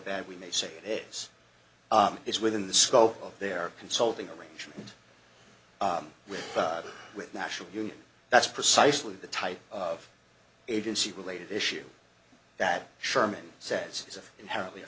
bad we may say it is it's within the scope of their consulting arrangement with national union that's precisely the type of agency related issue that sherman says is inherently a